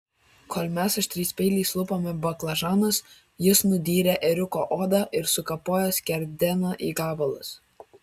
kol mes aštriais peiliais lupome baklažanus jis nudyrė ėriuko odą ir sukapojo skerdeną į gabalus